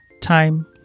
time